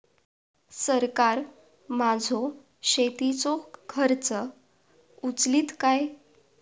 सरकार माझो शेतीचो खर्च उचलीत काय?